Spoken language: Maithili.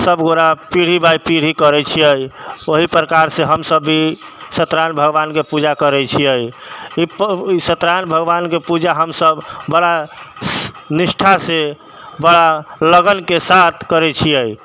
सभ गोटा पीढ़ी बाइ पीढ़ी करैत छिऐ ओहि प्रकारसँ हम सभ भी सत्य नारायण भगवानके पूजा करैत छिऐ ई सत्य नारायण भगवानके पूजा हम सभ बड़ा निष्ठासँ बड़ा लगनके साथ करैत छिऐ